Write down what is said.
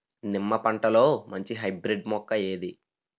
నిమ్మ పంటలో మంచి హైబ్రిడ్ మొక్క ఏది?